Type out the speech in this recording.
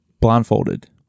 blindfolded